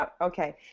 Okay